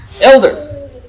elder